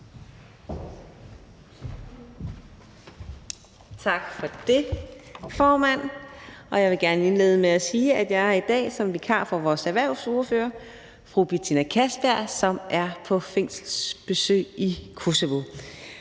Tak for det, formand. Jeg vil gerne indlede med at sige, at jeg er her i dag som vikar for vores erhvervsordfører, fru Betina Kastbjerg, som er på fængselsbesøg i Kosovo.